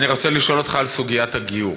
אני רוצה לשאול אותך על סוגיית הגיור.